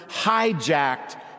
hijacked